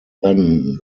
then